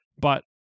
But-